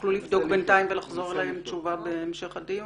תוכלו לבדוק בינתיים ולחזור אליי עם תשובה בהמשך הדיון,